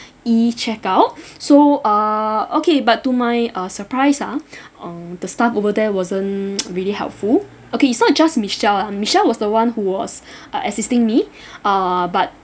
E_checkout so err okay but to my uh surprise ah err the staff over there wasn't really helpful okay it's not just michelle uh michelle was the one who was uh assisting me uh but